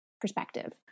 perspective